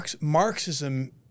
Marxism